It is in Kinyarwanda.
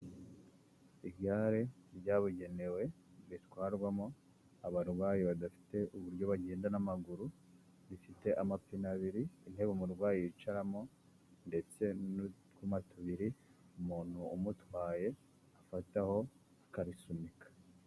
Igare ryabugenewe ritwarwamo abarwayi badafite uburyo bagenda n'amaguru, rifite amapine abiri, intebe umurwayi yicaramo ndetse n'utwuma tubiri, umuntu umutwaye afataho akarisunika.